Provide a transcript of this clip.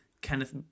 Kenneth